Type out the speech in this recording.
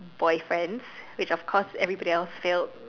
boyfriends which of course everybody else failed